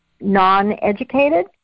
non-educated